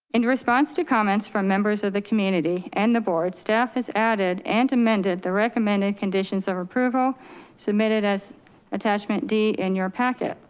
in response to comments from members of the community and the board, staff has added and amended the recommended conditions of approval submitted as attachment d in your packet.